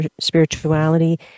spirituality